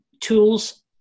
tools